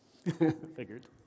figured